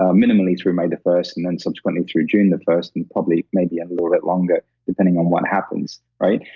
ah minimally through may the first, and then subsequently through june the first. and probably maybe a little bit longer depending on what happens, right?